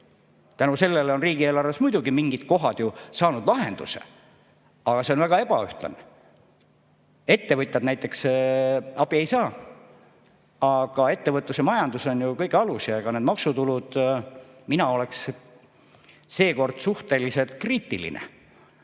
tänu sellele on riigieelarves muidugi mingid kohad saanud lahenduse, aga see on väga ebaühtlane. Ettevõtjad näiteks sellest abi ei saa. Aga ettevõtlus ja majandus on ju kõige alus. Ja maksutulude suhtes mina oleksin seekord suhteliselt kriitiline.